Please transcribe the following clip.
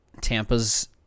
Tampa's